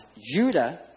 Judah